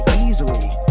easily